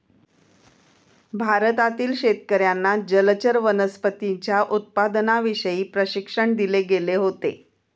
भारतातील शेतकर्यांना जलचर वनस्पतींच्या उत्पादनाविषयी प्रशिक्षण दिले गेले होते